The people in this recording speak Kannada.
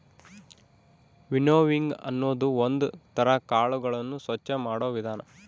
ವಿನ್ನೋವಿಂಗ್ ಅನ್ನೋದು ಒಂದ್ ತರ ಕಾಳುಗಳನ್ನು ಸ್ವಚ್ಚ ಮಾಡೋ ವಿಧಾನ